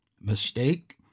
mistake